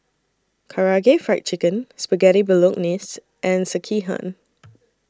Karaage Fried Chicken Spaghetti Bolognese and Sekihan